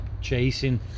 chasing